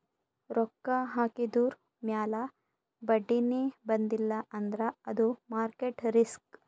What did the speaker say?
ರೊಕ್ಕಾ ಹಾಕಿದುರ್ ಮ್ಯಾಲ ಬಡ್ಡಿನೇ ಬಂದಿಲ್ಲ ಅಂದ್ರ ಅದು ಮಾರ್ಕೆಟ್ ರಿಸ್ಕ್